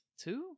Two